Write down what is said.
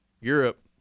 Europe